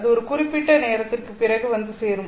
அது ஒரு குறிப்பிட்ட நேரத்திற்குப் பிறகு வந்து சேரும்